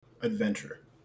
Adventure